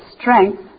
strength